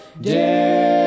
dare